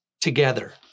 together